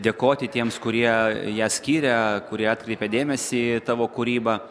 dėkoti tiems kurie ją skiria kurie atkreipia dėmesį į tavo kūrybą